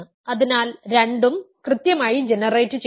അതിനാൽ രണ്ടും കൃത്യമായി ജനറേറ്റുചെയ്യുന്നു